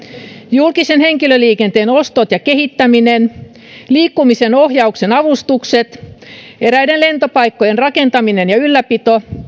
julkisen henkilöliikenteen ostot ja kehittäminen liikkumisen ohjauksen avustukset eräiden lentopaikkojen rakentaminen ja ylläpito